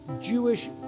Jewish